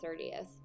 30th